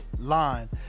line